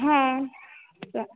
हां चाल